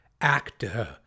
actor